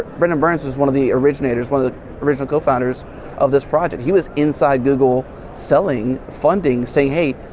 brendan burns is one of the originators, one of the original co-founders of this project. he was inside google selling funding saying, hey,